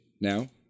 now